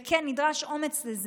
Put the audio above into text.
וכן, נדרש לזה אומץ,